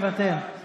מוותר;